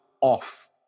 off